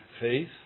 faith